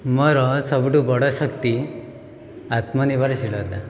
ମୋର ସବୁଠୁ ବଡ଼ ଶକ୍ତି ଆତ୍ମନିର୍ଭରଶୀଳତା